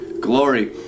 glory